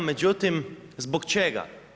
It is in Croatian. Međutim, zbog čega?